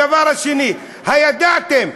הדבר השני: הידעתם?